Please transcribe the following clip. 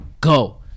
Go